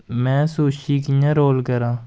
में सुशी कि'यां रोल करांऽ